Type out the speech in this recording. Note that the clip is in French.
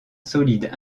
solide